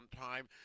time